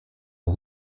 aux